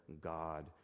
God